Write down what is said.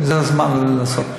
זה הזמן לעשות.